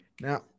Now